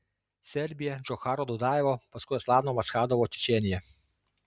serbija džocharo dudajevo paskui aslano maschadovo čečėnija